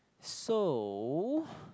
so